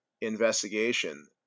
investigation